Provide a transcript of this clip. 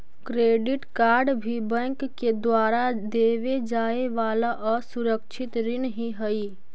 credit card भी bank के द्वारा देवे जाए वाला असुरक्षित ऋण ही हइ